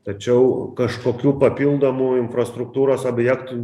tačiau kažkokių papildomų infrastruktūros objektų